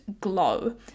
glow